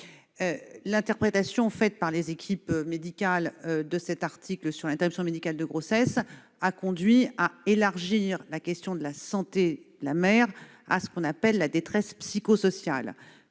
L'interprétation faite par les équipes médicales de cette disposition relative à l'interruption médicale de grossesse a conduit à élargir la question de la santé de la mère à ce qu'on appelle la détresse psychosociale.